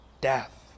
death